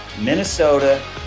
Minnesota